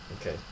Okay